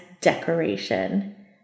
decoration